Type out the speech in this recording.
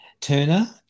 turner